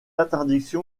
interdiction